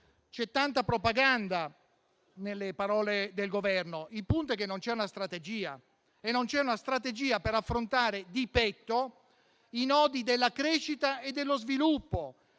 C'è tanta propaganda nelle parole del Governo. Il punto è che non c'è una strategia per affrontare di petto i nodi della crescita e dello sviluppo,